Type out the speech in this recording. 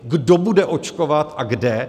Kdo bude očkovat a kde?